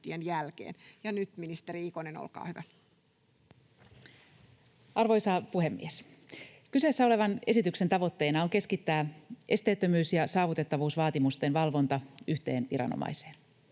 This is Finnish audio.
Time: 16:55 Content: Arvoisa puhemies! Kyseessä olevan esityksen tavoitteena on keskittää esteettömyys- ja saavutettavuusvaatimusten valvonta yhteen viranomaiseen.